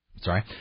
Sorry